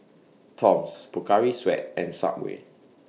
Toms Pocari Sweat and Subway